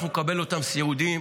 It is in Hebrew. אנחנו נקבל אותם סיעודיים,